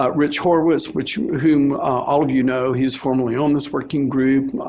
ah rich horowitz, which whom all of you know, he's formerly illness working group.